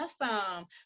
Awesome